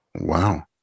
Wow